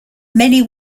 many